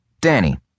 Danny